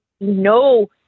no